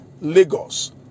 Lagos